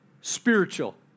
spiritual